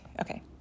okay